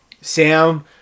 Sam